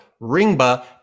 ringba